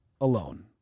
alone